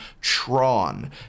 Tron